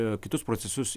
kitus procesus